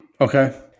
Okay